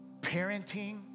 parenting